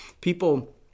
people